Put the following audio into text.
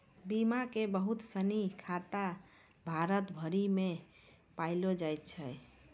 बीमा के बहुते सिनी शाखा भारत भरि मे पायलो जाय छै